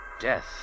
Death